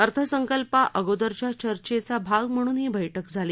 अर्थसंकल्पा अगोदरच्या चर्चेचा भाग म्हणून ही बैठक झाली